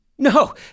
No